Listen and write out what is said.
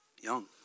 Young